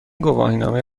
گواهینامه